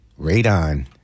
radon